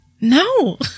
No